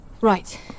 Right